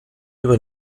über